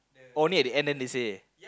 only at the end then they say